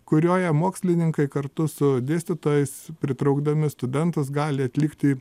kurioje mokslininkai kartu su dėstytojais pritraukdami studentus gali atlikti